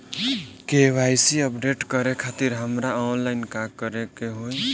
KYC update करे खातिर हमरा ऑनलाइन का करे के होई?